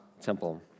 temple